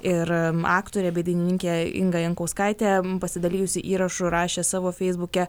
ir aktorė bei dainininkė inga jankauskaitė pasidalijusi įrašu rašė savo feisbuke